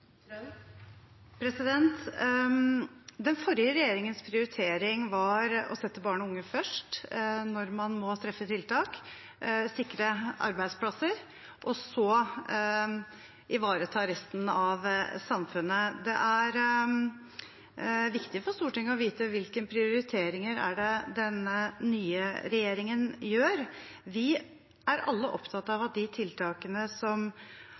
Den forrige regjeringens prioritering var å sette barn og unge først når man må treffe tiltak, sikre arbeidsplasser og så ivareta resten av samfunnet. Det er viktig for Stortinget å vite hvilken prioritering den nye regjeringen gjør. Vi er alle opptatt av at de tiltakene som